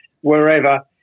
wherever